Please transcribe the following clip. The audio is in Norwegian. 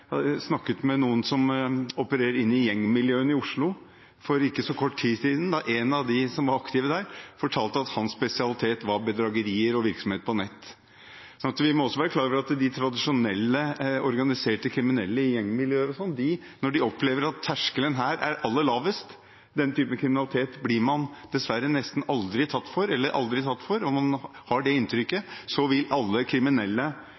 snakket med noen som opererer i gjengmiljøene i Oslo for kort tiden. En av dem som var aktiv der, fortalte at hans spesialitet var bedragerier og virksomhet på nett. Vi må være klar over at når de tradisjonelle organiserte kriminelle, bl.a. i gjengmiljøer, opplever at terskelen her er aller lavest – den typen kriminalitet blir man dessverre aldri eller nesten aldri tatt for, og man har det inntrykket – så vil alle kriminelle,